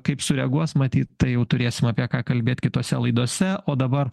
kaip sureaguos matyt tai jau turėsim apie ką kalbėt kitose laidose o dabar